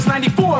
94